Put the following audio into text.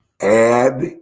add